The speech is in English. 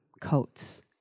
coats